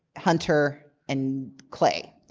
hunter, and clay.